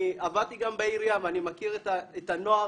אני עבדתי גם בעירייה ואני מכיר את הנוער.